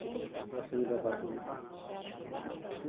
ᱚᱥᱩᱵᱤᱫᱷᱟ ᱯᱟᱲᱟᱜ ᱠᱟᱱᱟ